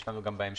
יש לנו גם בהמשך